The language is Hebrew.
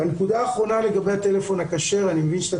הנקודה האחרונה לגבי הטלפון הכשר אני מבין שאתה